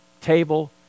table